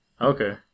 Okay